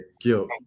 guilt